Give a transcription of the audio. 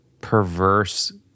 perverse